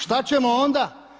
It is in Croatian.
Šta ćemo onda?